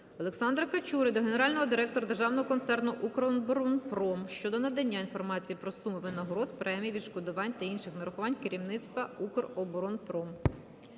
Олександра Качури до генерального директора Державного концерну "Укроборонпром" щодо надання інформації про суми винагород, премій, відшкодувань та інших нарахувань керівництва "Укроборонпром".